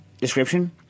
description